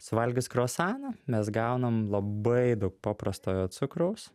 suvalgius kruasaną mes gaunam labai daug paprastojo cukraus